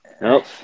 Nope